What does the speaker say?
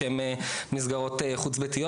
שהן מסגרות חוץ ביתיות.